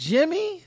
Jimmy